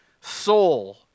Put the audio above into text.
soul